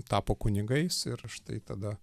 tapo kunigais ir štai tada